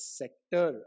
sector